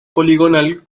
poligonal